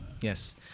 Yes